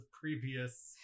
previous